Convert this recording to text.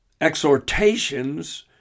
exhortations